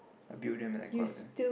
I build them and I collect them